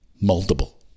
Multiple